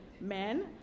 men